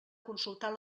consultar